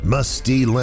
Musty